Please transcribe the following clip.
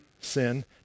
sin